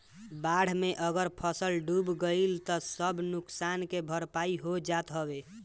बाढ़ में अगर फसल डूब गइल तअ सब नुकसान के भरपाई हो जात हवे